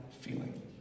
feeling